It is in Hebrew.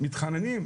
מתחננים,